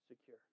secure